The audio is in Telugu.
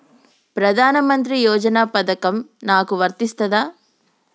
ప్రధానమంత్రి యోజన పథకం నాకు వర్తిస్తదా?